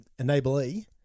enablee